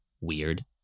weird